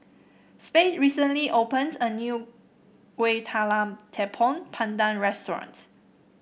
Sade recently opened a new Kueh Talam Tepong Pandan Restaurant